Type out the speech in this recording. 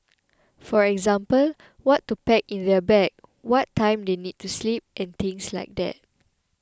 for example what to pack in their bag what time they need to sleep and things like that